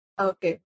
Okay